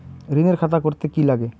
ঋণের খাতা করতে কি লাগে?